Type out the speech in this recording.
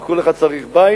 כי כל אחד צריך בית,